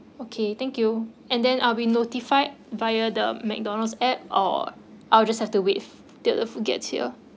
okay thank you and then I'll be notified via the McDonald's app or I'll just have to wait till the food gets here